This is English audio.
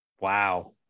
Wow